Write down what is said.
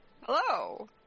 Hello